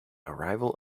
arrival